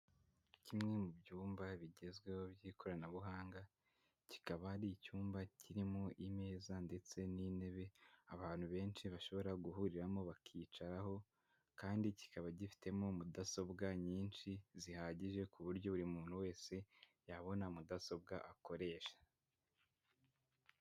Kimwe mu byumba bigezweho by'ikoranabuhanga, kikaba ari icyumba kirimo imeza ndetse n'intebe abantu benshi bashobora guhuriramo bakicaraho kandi kikaba gifitemo mudasobwa nyinshi zihagije ku buryo buri muntu wese yabona mudasobwa akoresha.